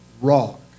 rock